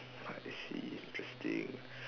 I see interesting